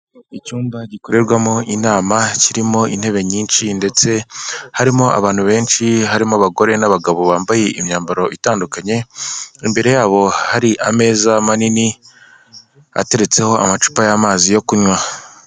Icyumba gikorerwamo inama kirimo intebe nyinshi ndetse harimo abantu benshi, harimo abagore n'abagabo bambaye imyambaro itandukanye, imbere yabo hari ameza manini ateretseho amacupa y'amazi yo kunywa.